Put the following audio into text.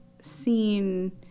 seen